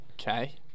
okay